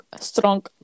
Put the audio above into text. strong